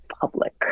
public